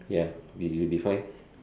ya did you define